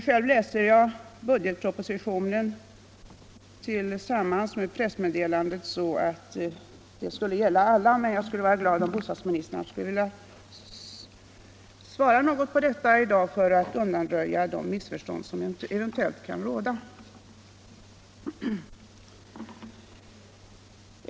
Själv läser jag budgetpropositionen tillsammans med pressmeddelandet så, att förslagen skulle gälla alla, men jag skulle vara glad om bostadsministern ville svara på den här frågan i dag för att undanröja de missförstånd som eventuellt kan råda.